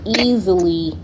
easily